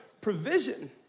provision